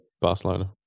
Barcelona